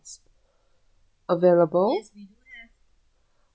available